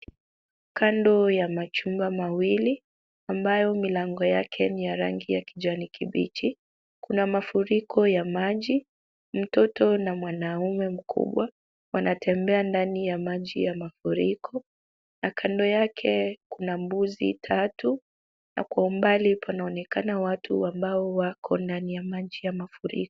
Kando ya majumba mawili ambayo milango yake ni ya rangi ya kijani kibichi kuna mafuriko ya maji. Mtoto na mwanaume mkubwa wanatembea ndani ya maji ya mafuriko na kando yake kuna mbuzi tatu na kwa umbali panaonekana watu ambao wako ndani ya maji ya mafuriko.